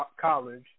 College